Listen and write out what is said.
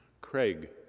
Craig